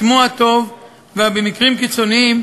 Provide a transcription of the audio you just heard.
בשמו הטוב, ובמקרים קיצוניים